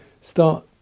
start